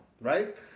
Right